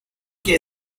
que